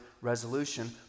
resolution